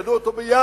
ידעו אותו בינואר,